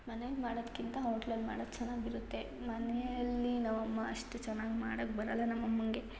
ಮನೇಲಿ ಮಾಡೋದಕ್ಕಿಂತ ಹೋಟ್ಲಲ್ಲಿ ಮಾಡೋದು ಚೆನ್ನಾಗಿರುತ್ತೆ ಮನೆಯಲ್ಲಿ ನಮ್ಮ ಅಮ್ಮ ಅಷ್ಟು ಚೆನ್ನಾಗಿ ಮಾಡಕ್ಕೆ ಬರಲ್ಲ ನಮ್ಮ ಅಮ್ಮಂಗೆ